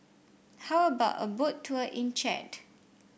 how about a Boat Tour in Chad